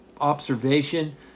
observation